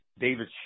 David